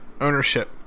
Ownership